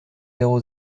zéro